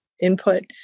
input